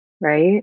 right